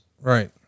right